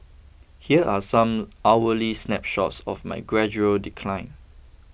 here are some hourly snapshots of my gradual decline